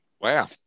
Wow